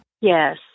Yes